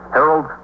Harold